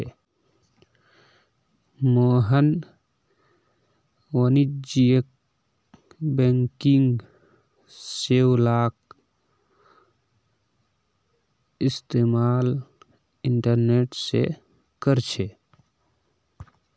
मोहन वाणिज्यिक बैंकिंग सेवालाक इस्तेमाल इंटरनेट से करछे